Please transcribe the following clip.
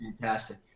Fantastic